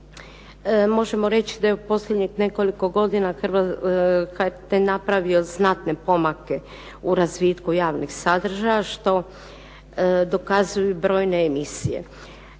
možemo reći da je u posljednjih nekoliko godina HRT napravio znatne pomake u razvitku javnih sadržaja što dokazuju brojne emisije,